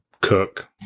cook